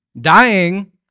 dying